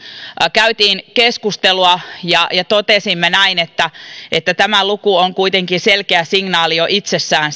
käytiin keskustelua ja ja totesimme näin että että tämä luku on kuitenkin selkeä signaali jo itsessään